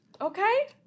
Okay